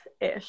ish